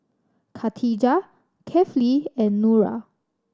khatijah Kefli and Nura